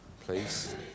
Please